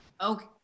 okay